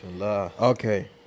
Okay